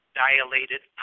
dilated